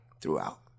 throughout